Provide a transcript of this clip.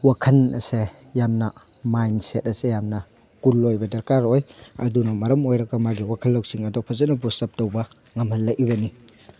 ꯋꯥꯈꯟ ꯑꯁꯦ ꯌꯥꯝꯅ ꯃꯥꯏꯟ ꯁꯦꯠ ꯑꯁꯦ ꯌꯥꯝꯅ ꯀꯨꯜ ꯑꯣꯏꯕ ꯗꯔꯀꯥꯔ ꯑꯣꯏ ꯑꯗꯨꯅ ꯃꯔꯝ ꯑꯣꯏꯔꯒ ꯃꯥꯒꯤ ꯋꯥꯈꯜ ꯂꯧꯁꯤꯡ ꯑꯗꯣ ꯐꯖꯅ ꯕꯨꯁ ꯑꯞ ꯇꯧꯕ ꯉꯝꯍꯜꯂꯛꯏꯕꯅꯤ